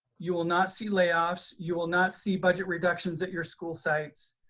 you will not see layoffs, you will not see budget reductions at your school sites,